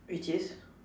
which is